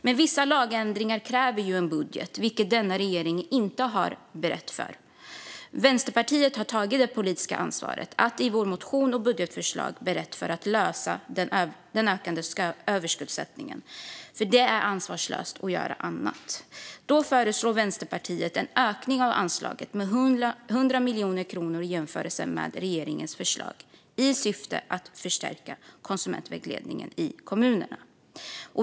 Men vissa lagändringar kräver ju en budget, vilket denna regering inte har berett för. Vi i Vänsterpartiet har tagit det politiska ansvaret genom att vi i vår motion och budgetförslag har berett för att lösa den ökande överskuldsättningen. Det är ansvarslöst att göra något annat. Vänsterpartiet föreslår en ökning av anslaget med 100 miljoner kronor i jämförelse med regeringens förslag i syfte att förstärka konsumentvägledningen i kommunerna.